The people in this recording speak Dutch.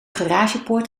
garagepoort